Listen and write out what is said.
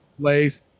place